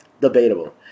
Debatable